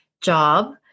job